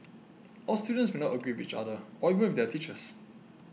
our students may not agree with each other or even with their teachers